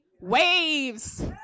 waves